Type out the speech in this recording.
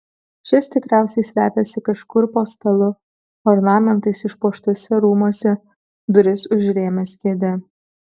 šis tikriausiai slepiasi kažkur po stalu ornamentais išpuoštuose rūmuose duris užrėmęs kėde